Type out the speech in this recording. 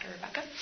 Rebecca